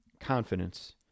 confidence